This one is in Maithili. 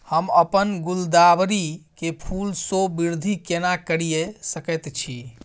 हम अपन गुलदाबरी के फूल सो वृद्धि केना करिये सकेत छी?